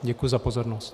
Děkuji za pozornost.